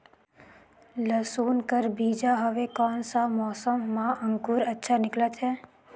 लसुन कर बीजा हवे कोन सा मौसम मां अंकुर अच्छा निकलथे?